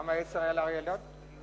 למה לאריה אלדד היו